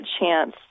chance